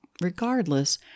regardless